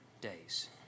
days